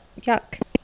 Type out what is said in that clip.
Yuck